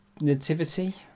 nativity